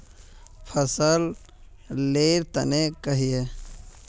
फसल लेर तने कहिए?